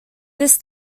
this